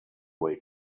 way